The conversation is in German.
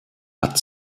hat